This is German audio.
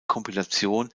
kompilation